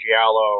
Giallo